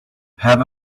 have